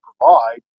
provide